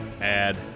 add